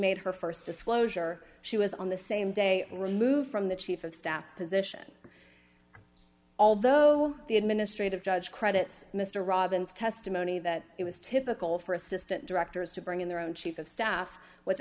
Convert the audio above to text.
made her st disclosure she was on the same day removed from the chief of staff position although the administrative judge credits mr robbins testimony that it was typical for assistant directors to bring in their own chief of staff w